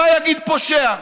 מה יגיד פושע?